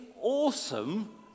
awesome